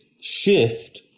shift